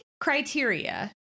criteria